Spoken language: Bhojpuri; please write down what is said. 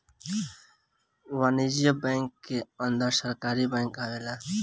वाणिज्यिक बैंक के अंदर सरकारी बैंक आवेला